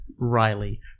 Riley